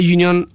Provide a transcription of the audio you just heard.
Union